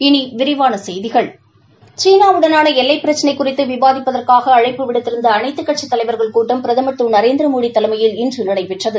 இனி விரிவான செய்திகள் சீனா வுடனான எல்லைப் பிரச்சினை குறித்து விவாதிப்பதற்காக அழைப்பு விடுத்திருந்த அனைத்துக் கட்சித் தலைவா்கள் கூட்டம் பிரதமா் திரு நரேந்திரமோடி தலைமையில் இன்று நடைபெற்றது